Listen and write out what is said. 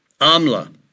AMLA